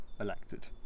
elected